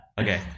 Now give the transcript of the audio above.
Okay